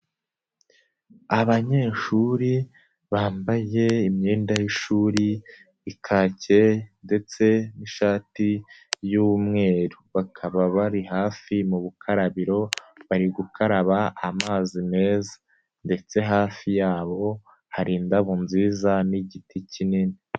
Abanyeshuri bambaye imyenda y'ishuri, ikake ndetse n'ishati y'umweru. Bakaba bari hafi mu bukarabiro, bari gukaraba amazi meza ndetse hafi yabo hari indabo nziza n'igiti kinini.